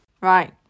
Right